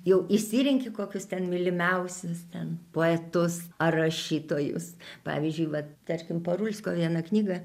jau išsirenki kokius ten mylimiausius ten poetus ar rašytojus pavyzdžiui vat tarkim parulskio vieną knygą